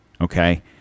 Okay